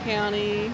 County